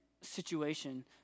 situation